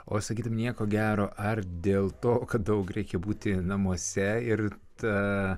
o sakytumei nieko gero ar dėl to kad daug reikia būti namuose ir ta